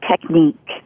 technique